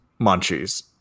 Munchies